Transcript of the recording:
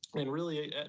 and really,